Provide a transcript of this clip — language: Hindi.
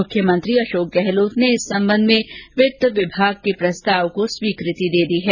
मुख्यमंत्री अर्शोक गहलोत ने इस विषय में वित्त विभाग के प्रस्ताव को स्वीकृति दे दी है